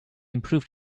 improved